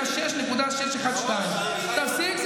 היה 6.612%. תפסיק.